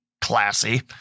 classy